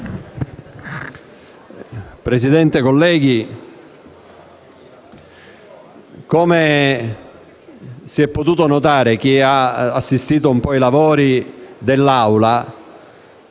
Presidente, colleghi, come ha potuto notare chi ha assistito ai lavori dell'Assemblea,